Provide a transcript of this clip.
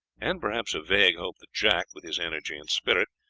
and perhaps a vague hope that jack, with his energy and spirit,